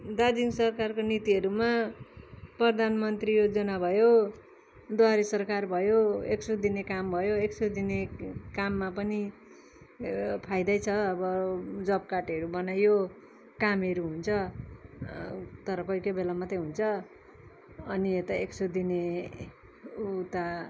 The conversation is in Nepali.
दार्जिलिङ सरकारका नीतिहरूमा प्रधानमन्त्री योजना भयो द्वारे सरकार भयो एक सय दिने काम भयो एक सय दिने काममा पनि फाइदै छ अब जब कार्डहरू बनायो कामहरू हुन्छ तर कोहीकोही बेला मात्रै हुन्छ अनि यता एक सय दिने उता